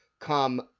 come